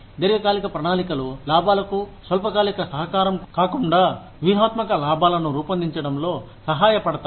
దీర్ఘకాలిక ప్రణాళికలు లాభాలకు స్వల్పకాలిక సహకారం కాకుండా వ్యూహాత్మక లాభాలను రూపొందించడంలో సహాయపడతాయి